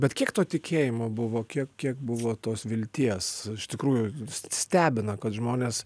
bet kiek to tikėjimo buvo kiek kiek buvo tos vilties iš tikrųjų stebina kad žmonės